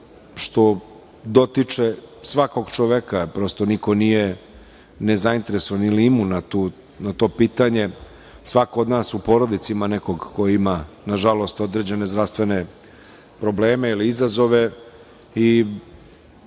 što dotiče svakog čoveka. Prosto, niko nije nezainteresovan ili imun na to pitanje. Svako od nas u porodici ima nekog ko ima, nažalost, određene zdravstvene probleme ili izazove i